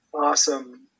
awesome